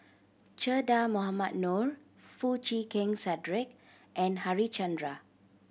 Che Dah Mohamed Noor Foo Chee Keng Cedric and Harichandra